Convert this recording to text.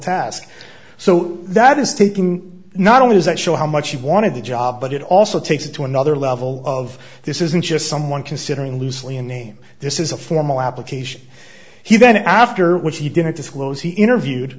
task so that is taking not only does that show how much he wanted the job but it also takes it to another level of this isn't just someone considering loosely a name this is a formal application he's going after which he didn't disclose he interviewed